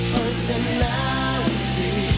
personality